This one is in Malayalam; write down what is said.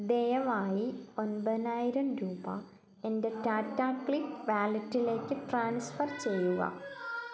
ദയവായി ഒൻപതിനായിരം രൂപ എൻ്റെ ടാറ്റാ ക്ലിക്ക് വാലറ്റിലേക്ക് ട്രാൻസ്ഫർ ചെയ്യുക